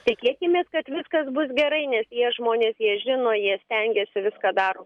tikėkimės kad viskas bus gerai nes jie žmonės jie žino jie stengiasi viską daro